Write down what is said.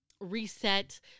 reset